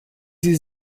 sie